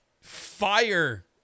fire